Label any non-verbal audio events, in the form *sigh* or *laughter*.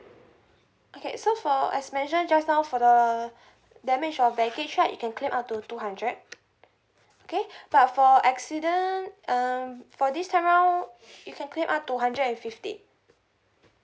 okay so for as I mention just now for the damage of baggage right you can claim up to two hundred okay *breath* but for accident um for this time round you can claim up to hundred and fifty